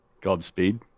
Godspeed